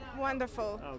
wonderful